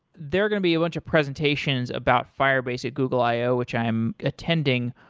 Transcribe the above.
there are going to be a bunch of presentations about firebase at google i o which i am attending.